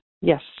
Yes